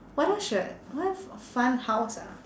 what else should I what else fun house ah